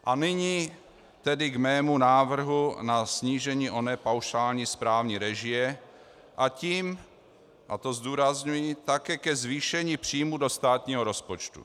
A nyní tedy k mému návrhu na snížení oné paušální správní režie, a tím, a to zdůrazňuji, také ke zvýšení příjmů do státního rozpočtu.